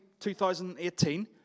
2018